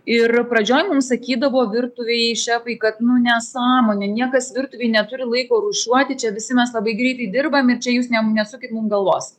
ir pradžioj mums sakydavo virtuvėj šefai kad nu nesąmonė niekas virtuvėj neturi laiko rūšiuoti čia visi mes labai greitai dirbam čia jūs ne nesukit galvos